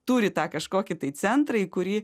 turi tą kažkokį tai centrą į kurį